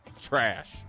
trash